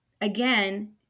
again